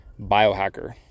biohacker